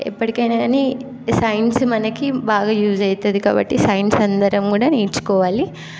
ఎప్పటికైనా కానీ సైన్స్ మనకి బాగా యూజ్ అవుతుంది కాబట్టి సైన్స్ అందరం కూడా నేర్చుకోవాలి